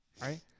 right